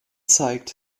zeigt